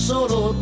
solo